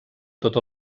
tot